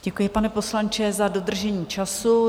Děkuji, pane poslanče, za dodržení času.